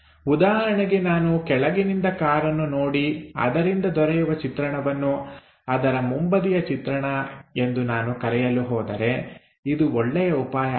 ಉದಾಹರಣೆಗೆ ನಾನು ಕೆಳಗಿನಿಂದ ಕಾರನ್ನು ನೋಡಿ ಅದರಿಂದ ದೊರೆಯುವ ಚಿತ್ರಣವನ್ನು ಅದರ ಮುಂಬದಿಯ ಚಿತ್ರಣ ಎಂದು ನಾನು ಕರೆಯಲು ಹೋದರೆ ಇದು ಒಳ್ಳೆಯ ಉಪಾಯ ಅಲ್ಲ